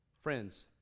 Friends